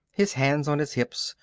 his hands on his hips,